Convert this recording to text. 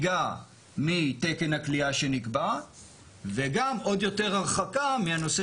חריגה מתקן הכליאה שנקבע וגם עוד יותר הרחקה מהנושא